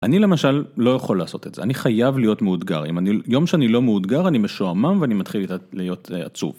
אני למשל לא יכול לעשות את זה, אני חייב להיות מאותגר, אם יום שאני לא מאותגר אני משועמם ואני מתחיל להיות עצוב.